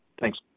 Thanks